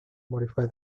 modify